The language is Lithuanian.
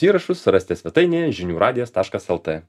įrašus rasite svetainėje žinių radijas taškas lt